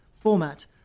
format